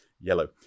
yellow